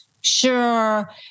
sure